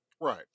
right